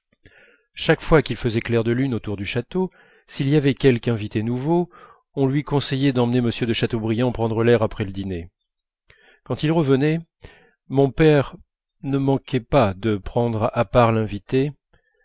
chaque fois qu'il faisait clair de lune autour du château s'il y avait quelque invité nouveau on lui conseillait d'emmener m de chateaubriand prendre l'air après le dîner quand ils revenaient mon père ne manquait pas de prendre à part l'invité